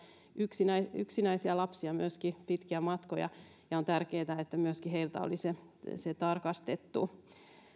yksinäisiä yksinäisiä lapsia pitkiä matkoja on tärkeätä että myöskin kuljettajilta olisi se tarkastettu